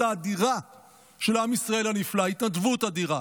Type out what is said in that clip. האדירה של עם ישראל הנפלא: התנדבות אדירה,